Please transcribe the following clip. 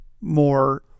More